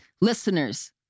Listeners